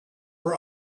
were